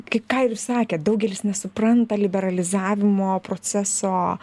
kai ką ir sakė daugelis nesupranta liberalizavimo proceso